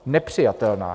Nepřijatelná.